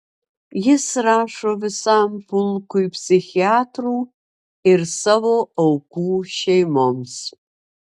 jis rašo visam pulkui psichiatrų ir savo aukų šeimoms